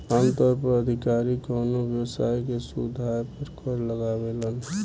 आमतौर पर अधिकारी कवनो व्यवसाय के शुद्ध आय पर कर लगावेलन